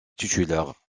titulaire